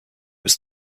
was